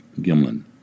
Gimlin